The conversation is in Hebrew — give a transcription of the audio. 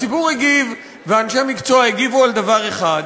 הציבור הגיב ואנשי המקצוע הגיבו על דבר אחד,